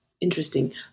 Interesting